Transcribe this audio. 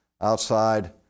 outside